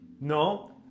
No